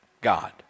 God